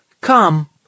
Come